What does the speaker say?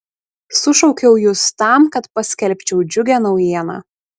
sušaukiau jus tam kad paskelbčiau džiugią naujieną